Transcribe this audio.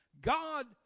God